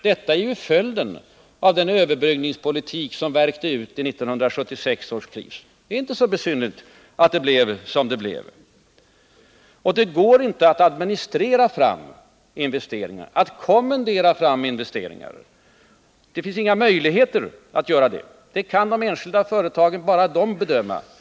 Detta är ju följden av den överbryggningspolitik som värkte ut i 1976 års kris. Det är inte så besynnerligt att det blev som det blev. Det går inte att administrera fram investeringar och att kommendera fram investeringar. Det finns inga möjligheter att göra det. Bara de enskilda företagen själva, och inga andra, kan bedöma den saken.